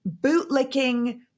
bootlicking